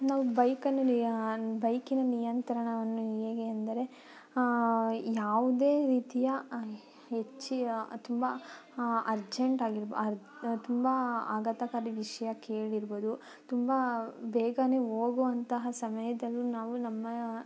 ನಾವು ಬೈಕನ್ನು ನಿಯ ಬೈಕಿನ ನಿಯಂತ್ರಣವನ್ನು ಹೇಗೆ ಎಂದರೆ ಯಾವುದೇ ರೀತಿಯ ಹೆಚ್ಚಿನ ತುಂಬ ಅರ್ಜೆಂಟ್ ಆಗಿರ್ಬ ಅರ್ ತುಂಬ ಆಘಾತಕಾರಿ ವಿಷಯ ಕೇಳಿರ್ಬೌದು ತುಂಬ ಬೇಗನೇ ಹೋಗುವಂತಹ ಸಮಯದಲ್ಲೂ ನಾವು ನಮ್ಮ